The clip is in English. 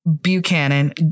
Buchanan